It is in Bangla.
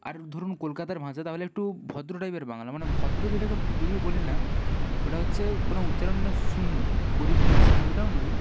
আর ধরুন কলকাতার ভাষা তা হলো একটু ভদ্র টাইপের বাংলা মানে ভদ্র যেটাকে যদিও বলি না ওটা হচ্চে মানে উচ্চারণটা সুন্দর করিতেছে ওটাও নয়